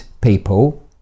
people